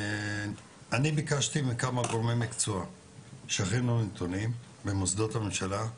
אני ביקשתי מכמה גורמי מקצוע שיכינו נתונים ממוסדות הממשלה,